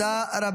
תודה.